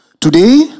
Today